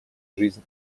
жизнь